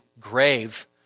grave